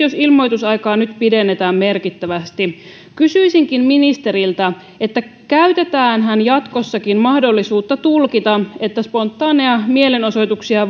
jos ilmoitusaikaa nyt pidennetään merkittävästi kysyisinkin ministeriltä että käytetäänhän jatkossakin mahdollisuutta tulkita että spontaaneja mielenosoituksia